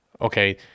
Okay